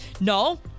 No